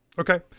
okay